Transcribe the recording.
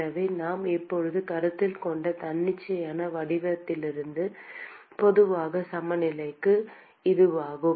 எனவே நாம் இப்போது கருத்தில் கொண்ட தன்னிச்சையான வடிவவியலுக்கான பொதுவான சமநிலை இதுவாகும்